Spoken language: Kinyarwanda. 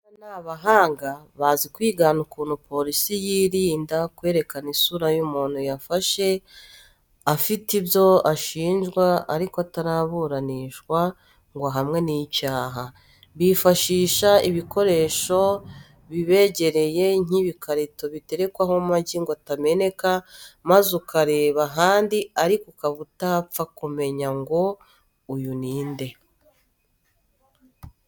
Abana ni abahanga, bazi kwigana ukuntu polisi yirinda kwerekana isura y'umuntu yafashe afite ibyo ashinjwa ariko ataraburanishwa ngo ahamwe n'icyaha; bifashisha ibikoresho bibegereye nk'ibikarito biterekwaho amagi ngo atameneka, maze ukareba ahandi ariko utapfa kumenya ngo uyu ni inde.